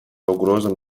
угрозам